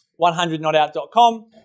100notout.com